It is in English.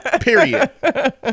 period